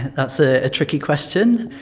that's a tricky question.